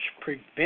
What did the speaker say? prevent